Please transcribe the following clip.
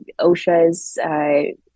OSHA's